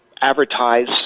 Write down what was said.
advertise